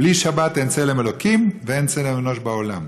בלי שבת אין צלם אלוקים ואין צלם אנוש בעולם.